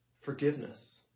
forgiveness